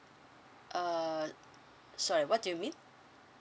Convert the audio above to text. uh sorry what do you mean